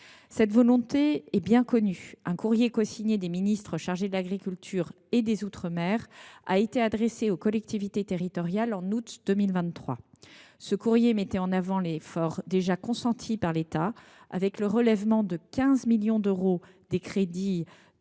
Cette volonté est bien connue : un courrier cosigné des ministres chargés de l’agriculture et des outre mer a été adressé aux collectivités territoriales en août 2023. Ce courrier mettait en avant l’effort déjà consenti par l’État avec le relèvement de 15 millions d’euros des crédits